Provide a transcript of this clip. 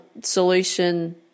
solution